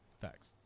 Facts